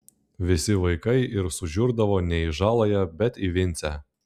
visi vaikai ir sužiurdavo ne į žaląją bet į vincę